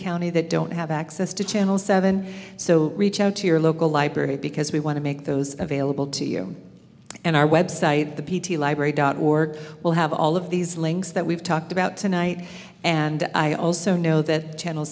county that don't have access to channel seven so reach out to your local library because we want to make those available to you and our website the p t library dot org will have all of these links that we've talked about tonight and i also know that channel